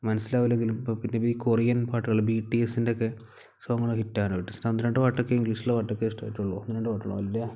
മനസ്സിലാവില്ലെങ്കിലും ഇ പിന്നെ ഈ കൊറിയൻ പാട്ടുകൾ ബിടിഎസ്സിൻ്റെയൊക്കെ സോങ്ങുകളൊക്കെ ഹിറ്റാവാറുണ്ട് ഒന്ന് രണ്ട് പാട്ടൊക്കെ ഇംഗ്ളീഷ് പാട്ട് ഇഷ്ടപ്പെട്ടുള്ളൂ ഒന്ന് രണ്ട് പാട്ട്